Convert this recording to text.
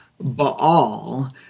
Baal